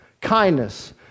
kindness